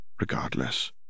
Regardless